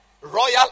Royal